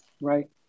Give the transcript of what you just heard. right